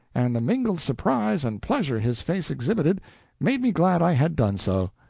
and the mingled surprise and pleasure his face exhibited made me glad i had done so.